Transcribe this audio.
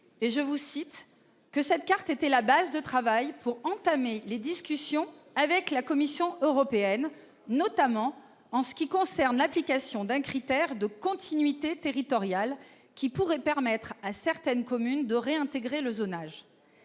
indiquiez ici que cette carte était « la base de travail pour entamer les discussions avec la Commission européenne », notamment en ce qui concerne « l'application d'un critère de continuité territoriale qui pourrait permettre à certaines communes de réintégrer le zonage